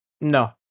No